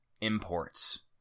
imports